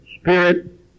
spirit